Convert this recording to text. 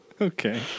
okay